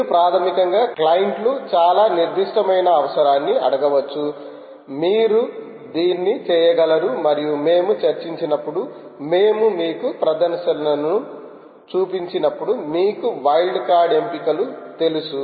మీరు ప్రాథమికంగా క్లయింట్లు చాలా నిర్దిష్టమైన అవసరాన్ని అడగవచ్చు మీరు దీన్ని చేయగలరు మరియు మేము చర్చించినప్పుడు మేము మీకు ప్రదర్శనలను చూపించినప్పుడు మీకు వైల్డ్ కార్డ్ ఎంపికలు తెలుసు